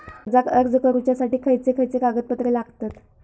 कर्जाक अर्ज करुच्यासाठी खयचे खयचे कागदपत्र लागतत